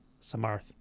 Samarth